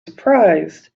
surprised